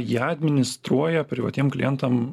ją administruoja privatiem klientam